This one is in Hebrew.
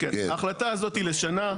ההחלטה הזו היא לשנה.